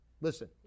Listen